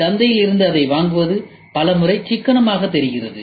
எனவே சந்தையில் இருந்து அதை வாங்குவது பல முறை சிக்கனமாகத் தெரிகிறது